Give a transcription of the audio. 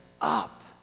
up